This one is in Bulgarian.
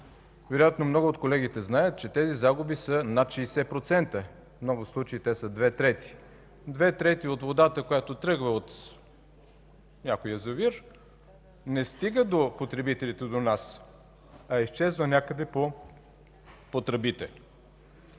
Вероятно много от колегите знаят, че тези загуби са над 60%, в много случаи те са две трети. Две трети от водата, която тръгва от някой язовир, не стига до потребителите, до нас, а изчезва някъде по тръбите.